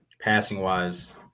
Passing-wise